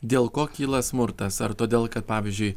dėl ko kyla smurtas ar todėl kad pavyzdžiui